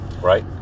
right